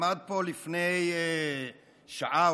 עמד פה לפני שעה,